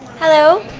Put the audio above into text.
hello.